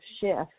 shift